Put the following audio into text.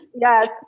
Yes